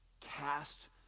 cast